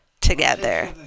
together